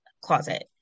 closet